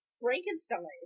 Frankenstein